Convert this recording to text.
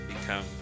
become